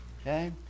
Okay